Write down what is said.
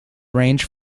range